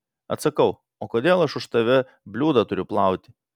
atsakau o kodėl aš už tave bliūdą turiu plauti